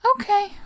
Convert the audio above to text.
okay